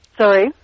Sorry